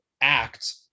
act